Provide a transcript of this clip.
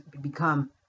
become